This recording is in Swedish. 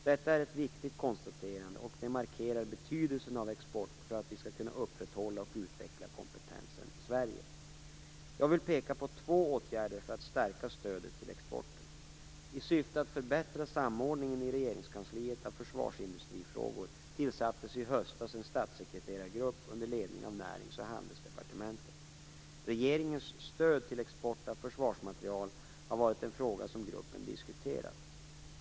Detta är ett viktigt konstaterande, och det markerar betydelsen av export för att vi skall kunna upprätthålla och utveckla kompetensen i Sverige. Jag vill peka på två åtgärder för att stärka stödet till exporten. I syfte att förbättra samordningen i Regeringskansliet av försvarsindustrifrågor tillsattes i höstas en statssekreterargrupp under ledning av Närings och handelsdepartementet. Regeringens stöd till export av försvarsmateriel har varit en fråga som gruppen diskuterat.